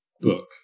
book